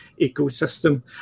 ecosystem